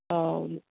అవును